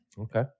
Okay